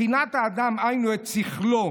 בחינת האדם את שכלו,